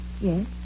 Yes